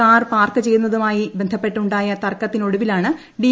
car park ചെയ്തതുമായി ബന്ധപ്പെട്ട് ഉണ്ടായ തർക്കത്തി നൊടുവിലാണ് ഡി